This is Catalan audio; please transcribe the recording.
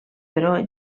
però